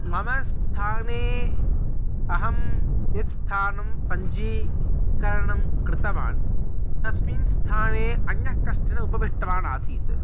मम स्थाने अहं यत्स्थानं पञ्जीकरणं कृतवान् तस्मिन् स्थाने अन्यः कश्चन उपविष्टवान् आसीत्